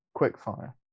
Quickfire